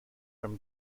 from